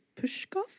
Pushkov